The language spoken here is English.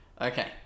Okay